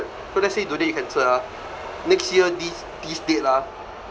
so let's say today you cancel ah next year this this date lah